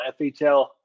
FHL